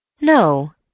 No